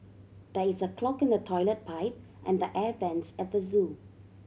there is a clog in the toilet pipe and the air vents at the zoo